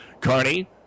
Carney